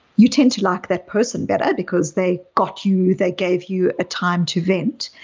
you tend to like that person better because they got you, they gave you a time to vent,